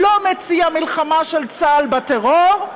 הוא לא מציע מלחמה של צה"ל בטרור,